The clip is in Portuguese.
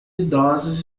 idosas